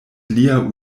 lia